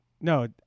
No